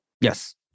yes